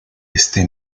este